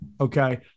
Okay